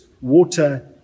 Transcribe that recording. water